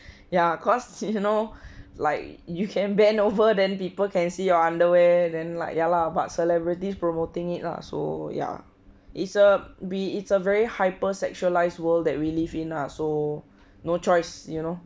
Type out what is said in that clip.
ya cause you know like you can bend over then people can see your underwear then like ya lah but celebrities promoting it lah so ya it's a be it's a very hyper sexualized world that we live in lah so no choice you know